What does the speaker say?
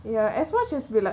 ya as much as we're like